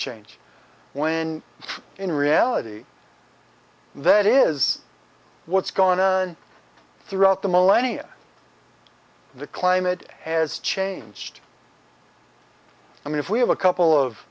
change when in reality that is what's going on throughout the millennia the climate has changed i mean if we have a couple of